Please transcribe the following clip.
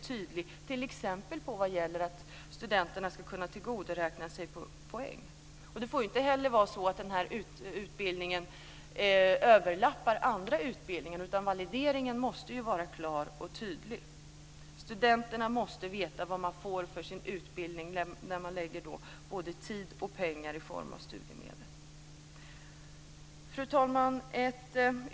Det gäller t.ex. frågan om studenterna ska kunna tillgodoräkna sig poäng. Det får inte heller vara så att utbildningen överlappar andra utbildningar. Valideringen måste vara klar och tydlig. Studenterna måste veta vad de får, eftersom de lägger ned både tid och pengar i form av studiemedel. Fru talman!